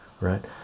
right